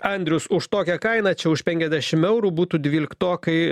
andrius už tokią kainą čia už penkiasdešim eurų būtų dvyliktokai